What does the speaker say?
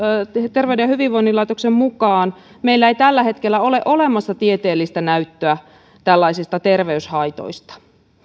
terveyden ja hyvinvoinnin laitoksen mukaan meillä ei tällä hetkellä ole olemassa tieteellistä näyttöä tällaisista terveyshaitoista